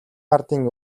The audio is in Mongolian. ардын